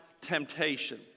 temptation